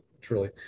truly